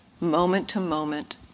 moment-to-moment